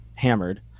hammered